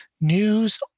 news